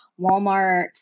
Walmart